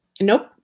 Nope